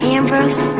Ambrose